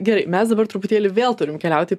gerai mes dabar truputėlį vėl turim keliaut į